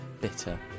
bitter